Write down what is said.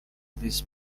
this